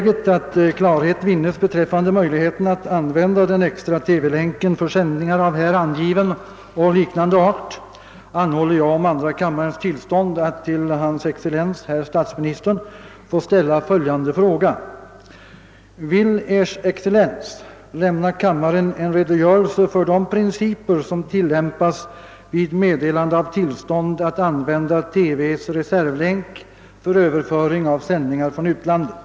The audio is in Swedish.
Då det är angeläget att klarhet vinnes beträffande möjligheterna att använda den extra TV-länken för sändningar av här angiven och liknande art anhåller jag om kammarens tillstånd att till hans excellens herr statsministern få ställa föliande fråga: Vill Ers Excellens lämna kammaren en redogörelse för de principer som tillämpas vid meddelande av tillstånd att använda TV:s reservlänk för överföring av sändningar från utlandet?